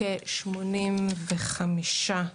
כ-85%